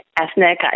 ethnic